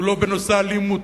ולא בנושא אלימות,